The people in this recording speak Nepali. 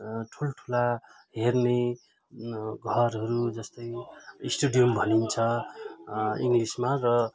ठुल्ठुला हेर्ने घरहरू जस्तै स्टेडियम भनिन्छ इङ्लिसमा र